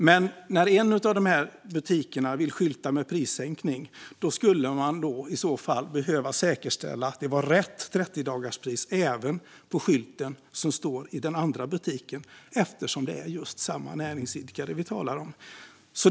Men när en av de båda butikerna vill skylta med prissänkning skulle man i så fall behöva säkerställa att det var rätt 30-dagarspris även på skylten som står i den andra butiken, eftersom det är samma näringsidkare vi talar om.